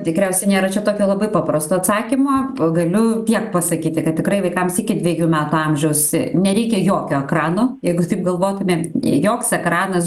tikriausiai nėra čia tokio labai paprasto atsakymo galiu tiek pasakyti kad tikrai vaikams iki dvejų metų amžiaus nereikia jokio ekrano jeigu jūs taip galvotumėt joks ekranas